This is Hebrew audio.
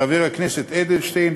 חבר הכנסת אדלשטיין,